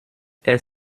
est